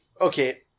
Okay